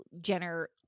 Jenner